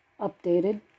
updated